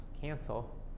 cancel